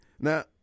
Now